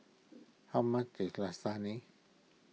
how much is Lasagne